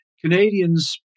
Canadians